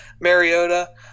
Mariota